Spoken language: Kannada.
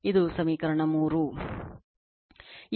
ಇದು ಸಮೀಕರಣ 3